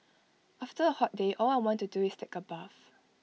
after A hot day all I want to do is take A bath